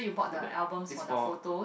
so that is for